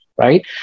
right